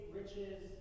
riches